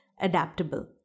Adaptable